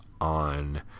on